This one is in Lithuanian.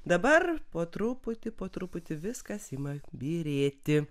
dabar po truputį po truputį viskas ima byrėti